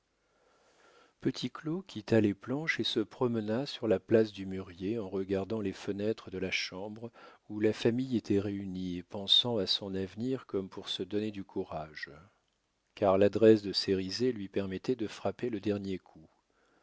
petit claud quitta les planches et se promena sur la place du mûrier en regardant les fenêtres de la chambre où la famille était réunie et pensant à son avenir comme pour se donner du courage car l'adresse de cérizet lui permettait de frapper le dernier coup